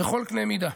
בכל קנה מידה.